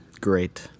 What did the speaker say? Great